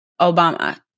Obama